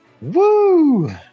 Woo